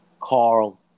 Carl